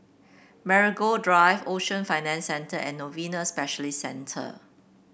Marigold Drive Ocean Financial Centre and Novena Specialist Centre